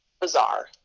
bizarre